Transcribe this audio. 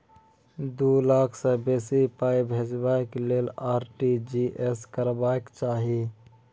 दु लाख सँ बेसी पाइ भेजबाक लेल आर.टी.जी एस करबाक चाही